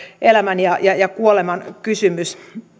elämän ja ja kuoleman kysymys